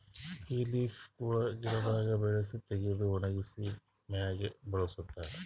ಬೇ ಲೀಫ್ ಗೊಳ್ ಗಿಡದಾಗ್ ಬೆಳಸಿ ತೆಗೆದು ಒಣಗಿಸಿದ್ ಮ್ಯಾಗ್ ಬಳಸ್ತಾರ್